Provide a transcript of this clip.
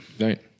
Right